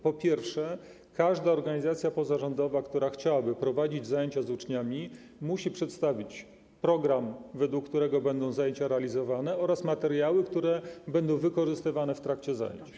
Po pierwsze, każda organizacja pozarządowa, która chciałaby prowadzić zajęcia z uczniami, musi przedstawić program, według którego będą realizowane zajęcia, oraz materiały, które będą wykorzystywane w trakcie zajęć.